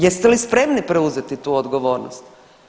Jeste li spremni preuzeti tu odgovornost?